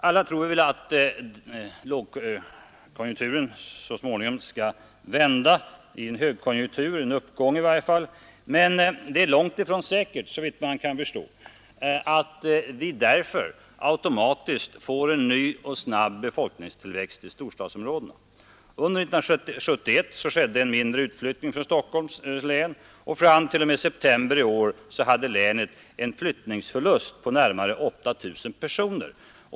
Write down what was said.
Alla tror vi väl att lågkonjunkturen så småningom skall vända i en högkonjunktur — en uppgång i varje fall. Men det är långt ifrån säkert, såvitt jag kan förstå, att vi därför automatiskt får en ny och snabb befolkningstillväxt i storstadsområdena. Under 1971 skedde en mindre utflyttning från Stockholms län, och fram till september i år hade länet en flyttningsförlust på närmare 8 000 personer.